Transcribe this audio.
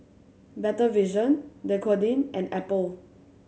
Better Vision Dequadin and Apple